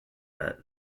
that